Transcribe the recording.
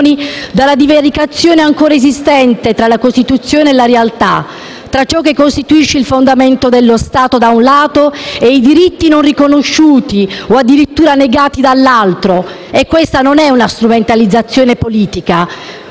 dalla divaricazione ancora esistente tra la Costituzione e la realtà, tra ciò che costituisce il fondamento dello Stato da un lato e i diritti non riconosciuti o addirittura negati dall'altro. E questa non è una strumentalizzazione politica.